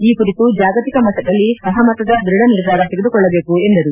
ಈ ಕುರಿತು ಜಾಗತಿಕ ಮಟ್ಟದಲ್ಲಿ ಸಹಮತದ ದೃಢ ನಿರ್ಧಾರ ತೆಗೆದುಕೊಳ್ಟಬೇಕು ಎಂದರು